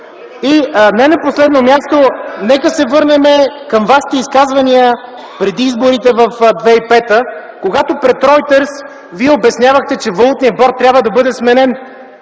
И не на последно място, нека се върнем към Вашите изказвания преди изборите през 2005 г., когато пред „Ройтерс” Вие обяснявахте, че Валутният борд трябва да бъде сменен.